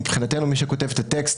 מבחינתנו מי שכותב את הטקסט,